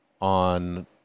on